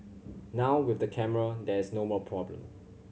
now with the camera there's no more problem